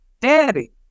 daddy